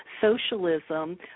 socialism